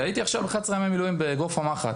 והייתי עכשיו 11 ימי מילואים באגרוף המחץ,